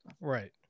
right